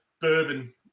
bourbon